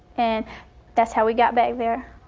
and that's how he got back there.